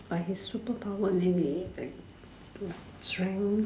like superpower and they like like strength